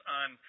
on